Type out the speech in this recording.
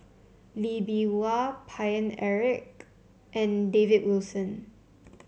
Lee Bee Wah Paine Eric and David Wilson